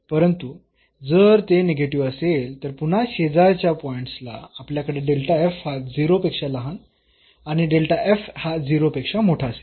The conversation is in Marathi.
परंतु जर ते निगेटिव्ह असेल तर पुन्हा शेजारच्या पॉईंट्सला आपल्याकडे हा 0 पेक्षा लहान आणि डेल्टा f हा 0 पेक्षा मोठा असेल